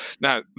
Now